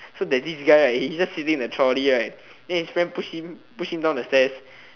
so there's this guy right he just sitting in the trolley right then his friend push him push him down the stairs